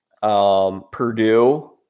Purdue